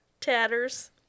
Tatters